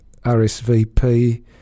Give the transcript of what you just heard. RSVP